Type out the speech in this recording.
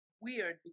weird